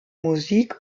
musik